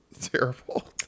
Terrible